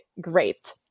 great